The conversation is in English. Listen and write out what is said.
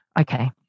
okay